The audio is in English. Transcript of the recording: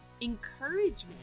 Encouragement